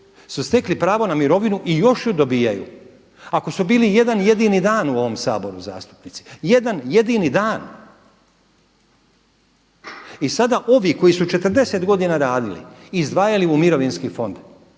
su stekli pravo na mirovinu i još ju dobijaju. Ako su bili jedan jedini dan u ovom Saboru zastupnici, jedan jedini dan i sada ovi koji su 40 godina radili, izdvajali u mirovinski fond